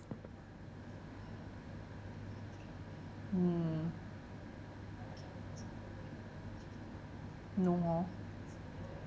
mm no more